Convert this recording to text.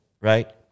right